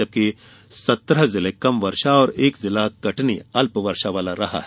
वहीं सत्रह जिले कम वर्षा और एक जिला कटनी अल्पवर्षा वाला जिला है